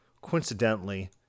Coincidentally